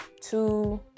two